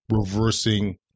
reversing